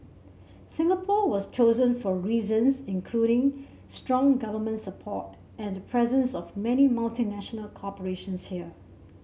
Singapore was chosen for reasons including strong government support and the presence of many multinational corporations here